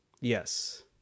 Yes